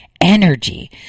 Energy